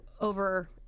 over